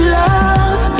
love